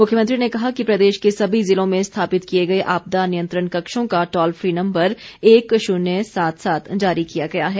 मुख्यमंत्री ने कहा कि प्रदेश के सभी जिलों में स्थापित किए गए आपदा नियंत्रण कक्षों का टॉल फ्री नंबर एक शून्य सात सात जारी किया गया है